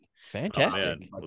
Fantastic